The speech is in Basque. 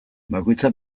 bakoitza